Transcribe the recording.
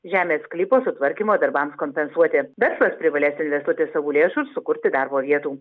žemės sklypo sutvarkymo darbams kompensuoti verslas privalės investuoti savų lėšų ir sukurti darbo vietų